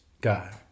God